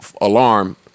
alarm